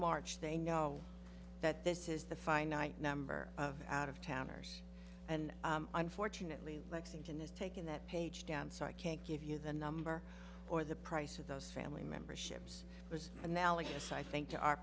march they know that this is the finite number of out of towners and unfortunately lexington is taking that page down so i can't give you the number or the price of those family members ships was analogous i think to our